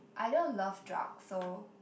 I don't love drugs so